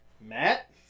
Matt